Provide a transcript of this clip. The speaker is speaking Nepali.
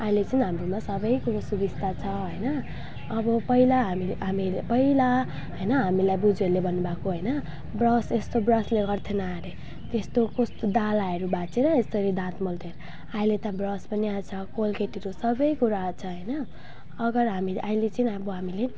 अहिले चाहिँ हाम्रोमा सबै कुरो सुविस्ता छ होइन अब पहिला हामीले हामीले पहिला होइन हामीलाई बोजुहरूले भन्नुभएको होइन ब्रस यस्तो ब्रसले गर्थेन अरे त्यस्तो कस्तो डालाहरू भाँचेर यसरी दाँत मोल्थे अरे अहिले त ब्रस पनि आएको छ कोलगेटहरू सबै कुरो आएको छ होइन अगर हामीले अहिले चाहिँ अब हामीले